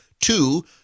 Two